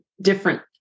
different